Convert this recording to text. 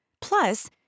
Plus